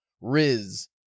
Riz